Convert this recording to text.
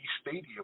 Stadium